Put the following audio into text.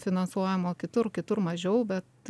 finansuojamo kitur kitur mažiau bet